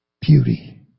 Beauty